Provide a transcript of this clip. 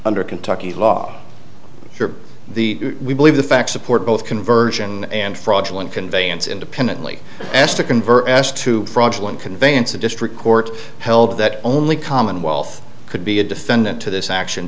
under kentucky law the we believe the facts support both conversion and fraudulent conveyance independently s to convert s to fraudulent conveyance a district court held that only commonwealth could be a defendant to this action